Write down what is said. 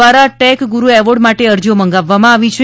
દ્વારા tech guru award માટે અરજીઓ મંગાવવામાં આવી છે